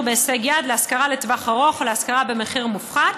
בהישג יד להשכרה לטווח ארוך או להשכרה במחיר מופחת.